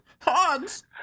hogs